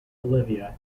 olivia